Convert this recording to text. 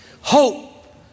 Hope